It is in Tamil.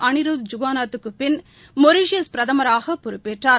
அளிருத் ஜூகுநாத்துக்கு பின் மொரிஷியஸ் பிரதமராக பொறுப்பேற்றார்